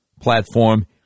platform